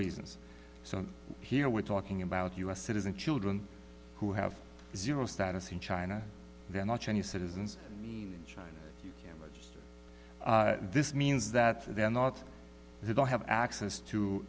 reasons so here we're talking about u s citizen children who have zero status in china they're not chinese citizens in china just this means that they're not they don't have access to